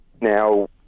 Now